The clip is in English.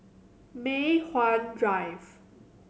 Mei Hwan Drive